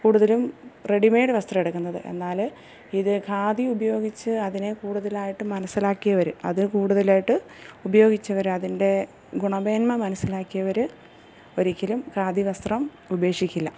കൂടുതലും റെഡിമേയ്ഡ് വസ്ത്രവെടുക്കുന്നത് എന്നാല് ഇത് ഖാദി ഉപയോഗിച്ച് അതിനെ കൂടുതലായിട്ടും മനസ്സിലാക്കിയവര് അത് കൂടുതലായിട്ട് ഉപയോഗിച്ചവരതിൻ്റെ ഗുണമേന്മ മനസ്സിലാക്കിയവര് ഒരിക്കലും ഖാദി വസ്ത്രം ഉപേക്ഷിക്കില്ല